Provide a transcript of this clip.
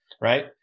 right